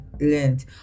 learned